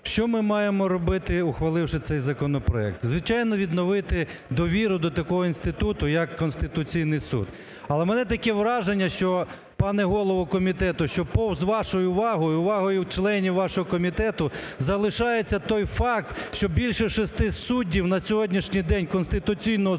що ми маємо робити, ухваливши цей законопроект? Звичайно, відновити довіру до такого інституту як Конституційний Суд. Але у мене таке враження, що, пане голово комітету, що повз вашої уваги, уваги членів вашого комітету залишається той факт, що більше шести суддів на сьогоднішній день Конституційного Суду